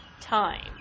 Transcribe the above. time